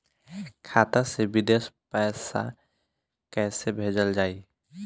खाता से विदेश पैसा कैसे भेजल जाई?